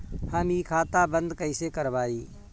हम इ खाता बंद कइसे करवाई?